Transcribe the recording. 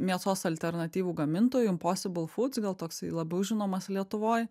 mėsos alternatyvų gamintojų imposibl fuds gal toksai labiau žinomas lietuvoje